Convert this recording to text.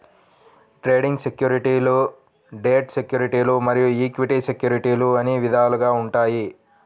trading సెక్యూరిటీలు debt సెక్యూరిటీలు మరియు ఈక్విటీ సెక్యూరిటీలు అని విధాలుగా ఉంటాయి